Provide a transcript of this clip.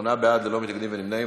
שמונה בעד, ללא מתנגדים ונמנעים.